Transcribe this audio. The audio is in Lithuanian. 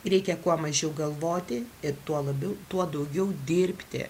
reikia kuo mažiau galvoti ir tuo labiau tuo daugiau dirbti